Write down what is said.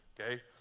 Okay